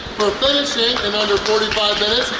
finishing in under forty five minutes,